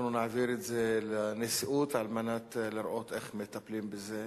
אנחנו נעביר את זה לנשיאות על מנת לראות איך מטפלים בזה,